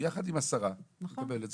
יחד עם שרת הכלכלה,